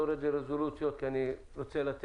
לא יורד לרזולוציות כי אני רוצה לומר